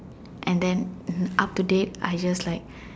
and then up to date I just like